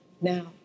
now